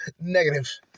negative